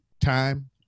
time